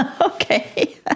Okay